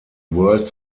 world